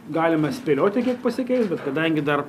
galima spėlioti kiek pasikeis bet kadangi dar